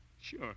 Sure